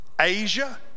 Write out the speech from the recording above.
Asia